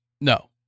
No